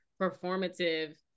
performative